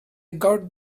got